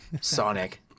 Sonic